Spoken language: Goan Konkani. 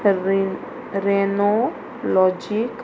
रे रेनो लॉजीक